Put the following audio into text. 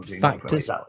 factors